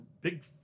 big